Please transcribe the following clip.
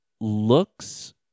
looks